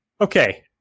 okay